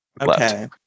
Okay